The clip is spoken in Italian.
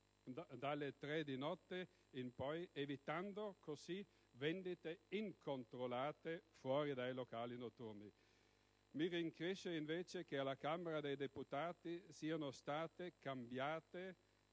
dalle tre di notte in poi, evitando così vendite incontrollate fuori dai locali notturni. Mi rincresce, invece, che nel corso dell'esame presso la Camera dei deputati siano state cambiate